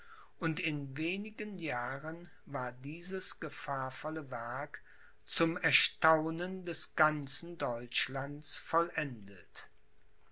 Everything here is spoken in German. und in wenigen jahren war dieses gefahrvolle werk zum erstaunen des ganzen deutschlands vollendet